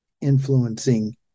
influencing